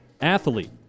athlete